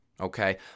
Okay